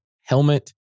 helmet